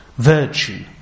Virtue